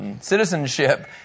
citizenship